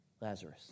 Lazarus